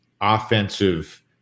offensive